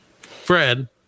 Fred